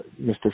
Mr